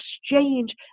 exchange